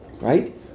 right